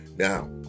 Now